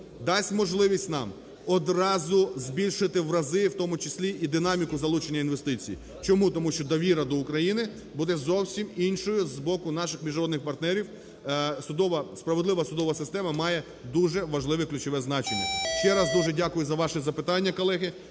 дасть можливість нам одразу збільшити в рази, в тому числі і динаміку залученні інвестицій. Чому? Тому що довіра до України буде зовсім іншою з боку наших міжнародних партнерів, справедливу судова система має дуже важливе ключове значення. Ще раз дуже дякую за ваші запитання, колеги.